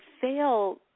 fail